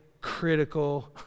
critical